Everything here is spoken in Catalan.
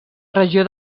regió